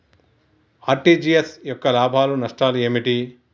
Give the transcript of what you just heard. RTGS యొక్క లాభాలు నష్టాలు ఏమిటి?